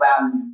value